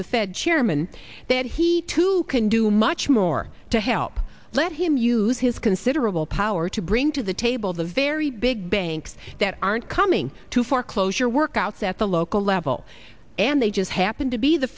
the fed chairman that he too can do much more to help let him use his considerable power to bring to the table the very big banks that aren't coming to foreclosure workouts at the local level and they just happen to be the